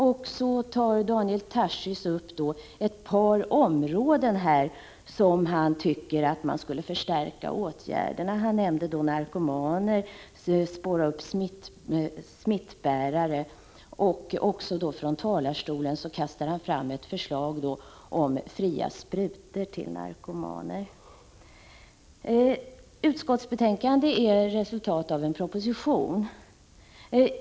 Sedan nämner Daniel Tarschys ett par områden där han tycker att man skulle förstärka åtgärderna. Han nämnde narkomanerna och 1 behovet av att spåra upp smittbärare. Från talarstolen kastade han även fram ett förslag om fria sprutor till narkomaner. Men ett utskottsbetänkande är resultatet av en proposition.